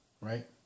Right